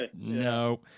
no